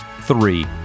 Three